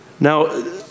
Now